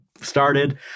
started